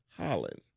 Holland